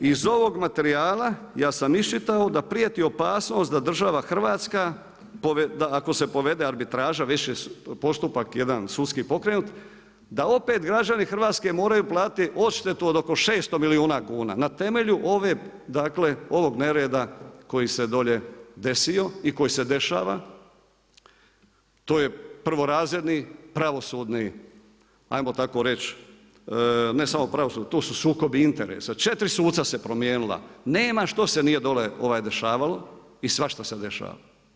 Iz ovog materijala, ja sam iščitao da prijeti opasnost da država Hrvatska, da ako se povede arbitraža, postupak jedan sudski pokrenut, da opet građani Hrvatske moraju platiti odštetu od oko 600 milijuna kuna, na temelju ovog nereda koji se dolje desio i koji se dešava, to je prvorazredni pravosudni, ajmo tako reći, tu su sukobi interesa, 4 suca se promijenila, nema što se nije dole dešavalo i svašta se dešava.